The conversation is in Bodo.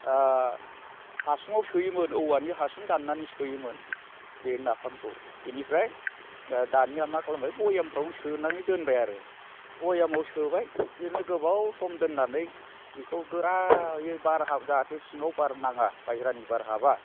हासुंआव सोयोमोन औवानि हासुं दाननानै सोयोमोन बे नाफामखौ बिनिफ्राय दानिया मा खालामबाय बयेमफ्रावनो सोनानै दोनाबाय आरो बयेमाव सोबाय बेनो गोबाव सम दोननानै बिखौ गोरायै बार जाहाथे सिङाव बार नाङा बाहेरानि बार हाबा